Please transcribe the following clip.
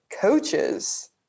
coaches